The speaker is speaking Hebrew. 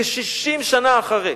כ-60 שנה אחרי.